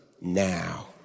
now